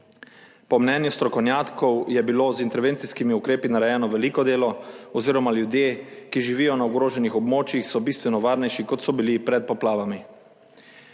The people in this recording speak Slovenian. Po mnenju strokovnjakov je bilo z intervencijskimi ukrepi narejeno veliko delo oziroma ljudje, ki živijo na ogroženih območjih, so bistveno varnejši, kot so bili pred poplavami.